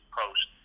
post